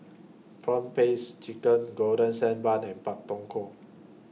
Prawn Paste Chicken Golden Sand Bun and Pak Thong Ko